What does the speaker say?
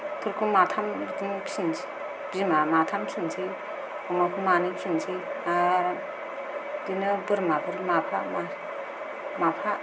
फोरखौ माथाम बिदिनो फिसिनोसै बिमा माथाम फिसिनोसै अमाखौ मानै फिसिनोसै आरो बिदिनो बोरमाफोर माफा मासे माफा